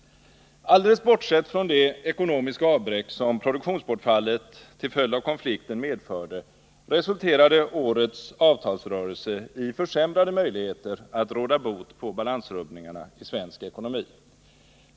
Alldeles bortsett från det ekonomiska avbräck som produktionsbortfallet till följd av konflikten medförde, resulterade årets avtalsrörelse i försämrade möjligheter att råda bot på balansrubbningarna i svensk ekonomi.